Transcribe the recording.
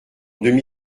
demi